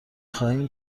خواهیم